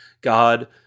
God